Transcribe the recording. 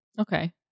Okay